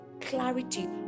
clarity